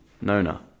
Nona